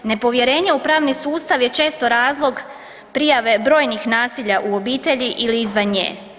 Nepovjerenje u pravni sustav je često razlog prijave brojnih nasilja u obitelji ili izvan nje.